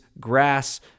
grass